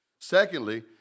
Secondly